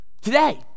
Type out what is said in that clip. Today